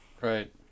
right